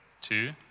two